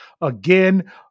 again